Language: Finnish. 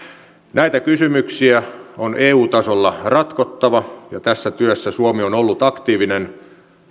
näitä kysymyksiä on eu tasolla ratkottava ja tässä työssä suomi on ollut aktiivinen